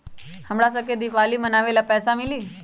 हमरा शव के दिवाली मनावेला पैसा मिली?